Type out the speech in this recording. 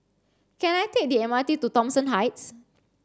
can I take the M R T to Thomson Heights